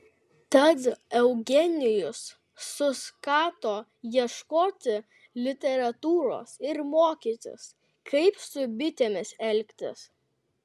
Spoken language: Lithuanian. tad eugenijus suskato ieškoti literatūros ir mokytis kaip su bitėmis elgtis